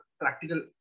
practical